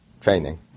training